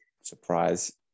surprise